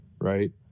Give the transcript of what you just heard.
right